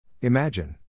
Imagine